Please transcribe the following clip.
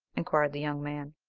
inquired the young man.